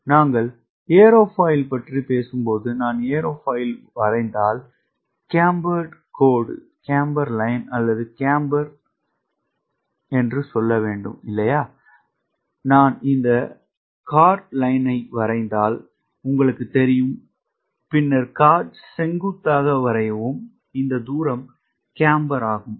நாங்கள் ஏரோஃபாயில் பற்றிப் பேசும்போது நான் ஏரோஃபாயில் வரைந்தால் கேம்பர் கோடு அல்லது கேம்பர் வலது என்று சொல்ல வேண்டும் நான் இந்த கார்ட் கோட்டை வரைந்தால் உங்களுக்குத் தெரியும் பின்னர் கார்ட் செங்குத்தாக வரையவும் இந்த தூரம் கேம்பர் ஆகும்